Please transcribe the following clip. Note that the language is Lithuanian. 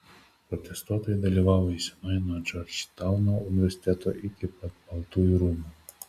protestuotojai dalyvavo eisenoje nuo džordžtauno universiteto iki pat baltųjų rūmų